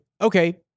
okay